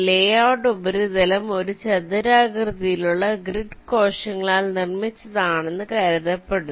ലേ out ഉപരിതലം ഒരു ചതുരാകൃതിയിലുള്ള ഗ്രിഡ് കോശങ്ങളാൽ നിർമ്മിച്ചതാണെന്ന് കരുതപ്പെടുന്നു